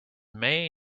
may